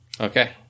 Okay